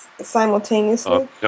simultaneously